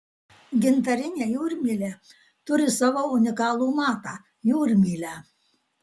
gintarinė jūrmylė turi savo unikalų matą jūrmylę